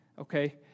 Okay